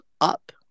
up